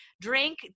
drink